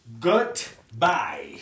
Goodbye